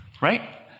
right